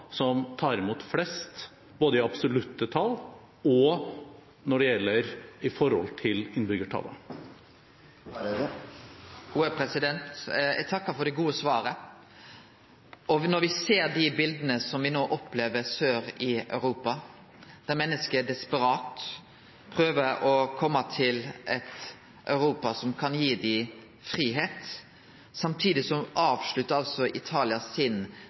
som tar imot flest, både i absolutte tall og i forhold til innbyggertallet. Eg takkar for det gode svaret. Samtidig som me ser bilete frå sør i Europa der menneske desperat prøver å kome til eit Europa som kan gi dei fridom, avsluttar altså Italia sin